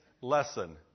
lesson